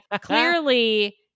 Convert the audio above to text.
clearly